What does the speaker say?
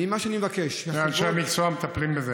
מה שאני מבקש, אנשי מקצוע מטפלים בזה.